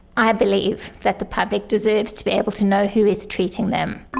i believe that the public deserves to be able to know who is treating them.